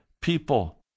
people